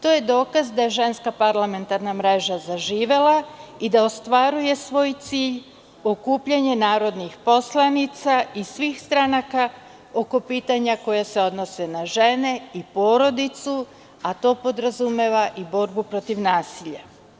To je dokaz da je Ženska parlamentarna mreža zaživela i da ostvaruje svoj cilj – okupljanje narodnih poslanica iz svih stranaka oko pitanja koja se odnose na žene i porodicu, a to podrazumeva i borbu protiv nasilja.